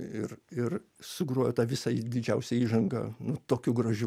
ir ir sugrojo tą visą didžiausią įžangą nu tokiu gražiu